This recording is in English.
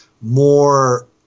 more